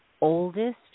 oldest